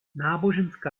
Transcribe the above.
náboženská